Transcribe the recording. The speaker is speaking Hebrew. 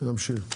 נמשיך.